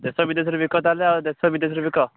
ଦେଶ ବିଦେଶରେ ବିକ ତା'ହେଲେ ଦେଶ ବିଦେଶରେ ବିକ